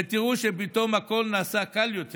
ותראו שפתאום הכול נעשה קל יותר,